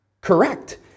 correct